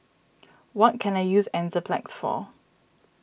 what can I use Enzyplex for